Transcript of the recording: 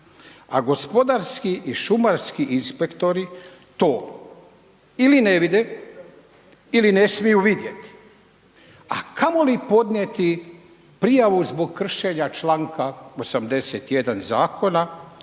A gospodarski i šumarski inspektori to ili ne vide ili ne smiju vidjeti a kamoli podnijeti prijavu zbog kršenja članka 81. Zakona